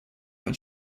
when